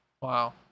Wow